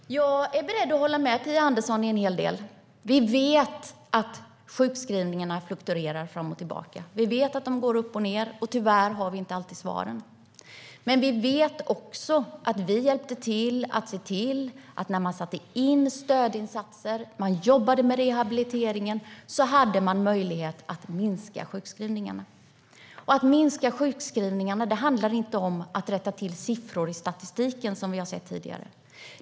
Herr talman! Jag är beredd att hålla med Phia Andersson om en hel del. Vi vet att sjukskrivningarna fluktuerar fram och tillbaka och går upp och ned. Tyvärr har vi inte alltid svaren. Vi vet också att vi hjälpte till att se till att man genom att sätta in stödinsatser och jobba med rehabiliteringen fick möjlighet att minska sjukskrivningarna. Att minska sjukskrivningarna handlar inte om att rätta till siffror i statistiken, som vi har sett tidigare.